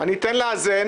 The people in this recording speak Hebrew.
אני אתן לאזן.